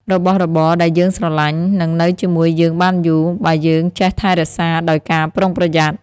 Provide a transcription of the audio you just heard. របស់របរដែលយើងស្រឡាញ់ នឹងនៅជាមួយយើងបានយូរ បើយើងចេះថែរក្សាដោយការប្រុងប្រយ័ត្ន។